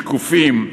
שקופים,